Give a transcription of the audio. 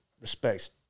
respects